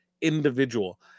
individual